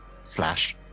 slash